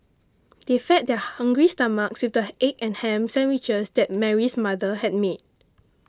they fed their hungry stomachs with the egg and ham sandwiches that Mary's mother had made